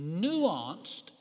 nuanced